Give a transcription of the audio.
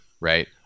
right